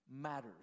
matters